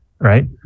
Right